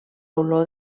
olor